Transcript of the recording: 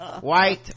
white